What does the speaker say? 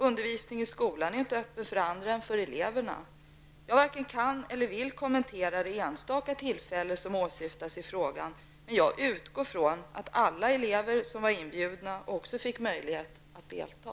Undervisningen i skolan är inte öppen för andra än för eleverna. Jag varken kan eller vill kommentera det enstaka tillfälle som åsyftas i frågan, men jag utgår ifrån att alla elever som var inbjudna också fick möjlighet att delta.